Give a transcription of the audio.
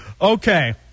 Okay